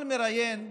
כל מראיין,